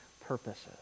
purposes